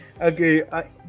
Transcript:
Okay